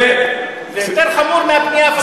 זה יותר חמור מהפנייה לאו"ם?